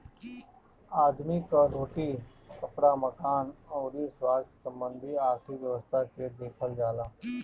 आदमी कअ रोटी, कपड़ा, मकान अउरी स्वास्थ्य संबंधी आर्थिक व्यवस्था के देखल जाला